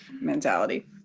mentality